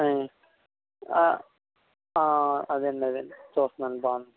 అదే అండి అదే అం చూస్తున్నానండి బాగుంది